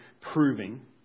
proving